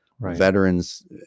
veterans